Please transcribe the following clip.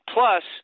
Plus